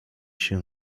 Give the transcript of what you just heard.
się